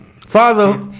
Father